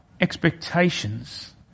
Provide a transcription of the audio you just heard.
expectations